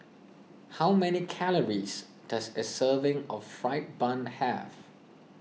how many calories does a serving of Fried Bun have